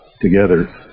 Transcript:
together